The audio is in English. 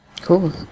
Cool